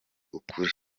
ukuri